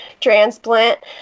transplant